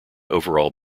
overall